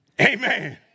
Amen